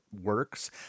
works